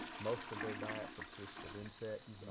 most of their diet consists of insects.